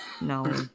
No